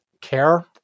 care